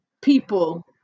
people